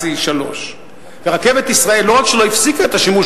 3IC. רכבת ישראל לא רק שלא הפסיקה את השימוש